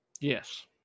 Yes